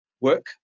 work